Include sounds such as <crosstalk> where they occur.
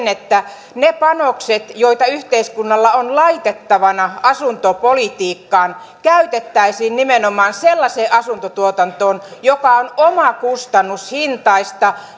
<unintelligible> että ne panokset joita yhteiskunnalla on laitettavana asuntopolitiikkaan käytettäisiin nimenomaan sellaiseen asuntotuotantoon joka on omakustannushintaista <unintelligible>